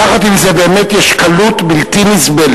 יחד עם זה, באמת יש קלות בלתי נסבלת,